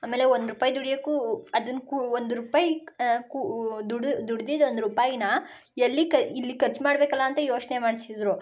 ಆಮೇಲೆ ಒಂದು ರೂಪಾಯಿ ದುಡಿಯೋಕ್ಕೂ ಅದನ್ನ ಕೂ ಒಂದು ರೂಪಾಯಿ ಕೂ ದುಡ್ದಿದ್ದ ಒಂದು ರೂಪಾಯಿನ ಎಲ್ಲಿ ಕ ಇಲ್ಲಿ ಖರ್ಚು ಮಾಡಬೇಕಲ್ಲ ಅಂತ ಯೋಚನೆ ಮಾಡ್ತಿದ್ದರು